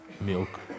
milk